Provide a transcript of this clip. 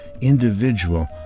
individual